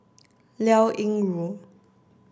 Liao Yingru